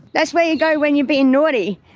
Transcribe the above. that's where you go when you're being naughty.